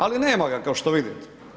Ali nema ga, kao što vidite.